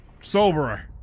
Soberer